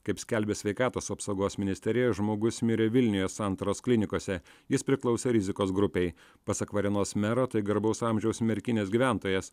kaip skelbia sveikatos apsaugos ministerija žmogus mirė vilniuje santaros klinikose jis priklausė rizikos grupei pasak varėnos mero tai garbaus amžiaus merkinės gyventojas